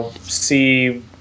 see